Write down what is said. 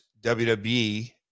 WWE